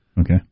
Okay